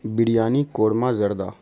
biryani korma زردہ